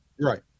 Right